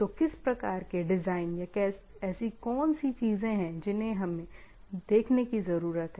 तो किस प्रकार के डिज़ाइन या ऐसी कौन सी चीजें हैं जिन्हें हमें देखने की जरूरत है